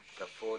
בצפון.